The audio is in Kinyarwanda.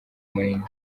munini